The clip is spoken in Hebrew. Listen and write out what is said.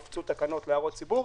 הופצו תקנות להערות ציבור,